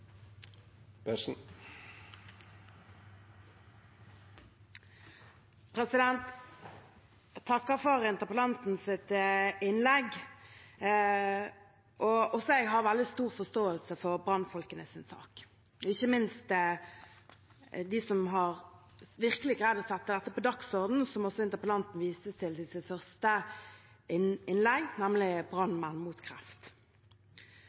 takker for interpellantens innlegg. Også jeg har veldig stor forståelse for brannfolkene sin sak, ikke minst de som virkelig har greid å sette dette på dagsordenen, som også interpellanten viste til i sitt første innlegg, nemlig